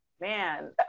man